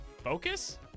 Focus